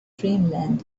dreamland